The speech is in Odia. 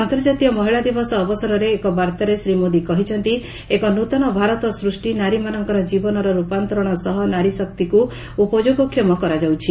ଆନ୍ତର୍ଜାତୀୟ ମହିଳା ଦିବସ ଅବସରରେ ଏକ ବାର୍ଭାରେ ଶ୍ରୀ ମୋଦି କହିଛନ୍ତି ଏକ ନ୍ତନ ଭାରତ ସୃଷ୍ଟି ନାରୀମାନଙ୍କର ଜୀବନର ର୍ପାନ୍ତରଣ ସହ ନାରୀଶକ୍ତିକୃ ଉପଯୋଗକ୍ଷମ କରାଯାଉଛି